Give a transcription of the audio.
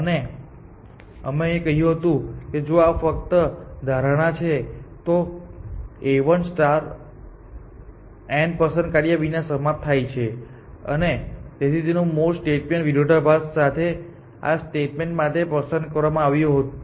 અને અહીં અમે કહ્યું છે કે જો આ ફક્ત ધારણા છે તો A1 N પસંદ કાર્ય વિના સમાપ્ત થાય છે અને તેથી તે મૂળ સ્ટેટમેન્ટ પર વિરોધાભાસ સાથે આ સ્ટેટમેન્ટ માટે પસંદ કરવામાં આવ્યું હતું